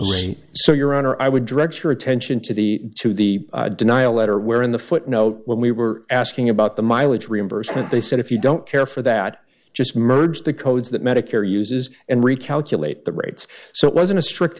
has so your honor i would direct your attention to the to the denial letter where in the footnote when we were asking about the mileage reimbursement they said if you don't care for that just merge the codes that medicare uses and recalculate the rates so it wasn't a strict